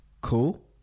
cool